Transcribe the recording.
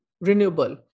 renewable